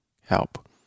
help